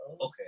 okay